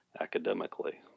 academically